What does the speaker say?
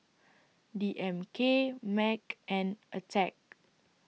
D M K Mac and Attack